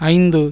ஐந்து